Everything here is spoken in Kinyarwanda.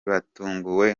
batunguwe